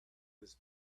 his